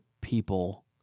people